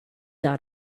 out